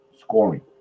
scoring